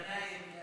רנאים.